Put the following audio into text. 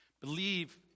Believe